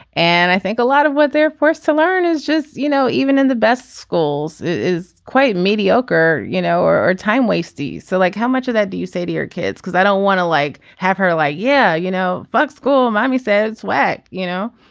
and i think a lot of what they're forced to learn is just you know even in the best schools is quite mediocre you know or or time wasted so like how much of that do you say to your kids because i don't want to like have her like yeah you know fuck school mommy says way you know